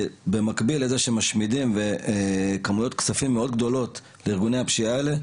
ובמקביל לזה שמשמידים כמויות כספים מאוד גדולות לארגוני הפשיעה האלה,